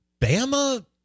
Bama